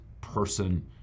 person